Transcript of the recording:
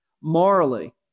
Morally